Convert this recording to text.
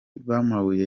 b’amabuye